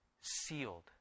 sealed